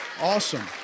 Awesome